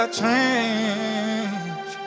change